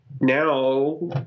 Now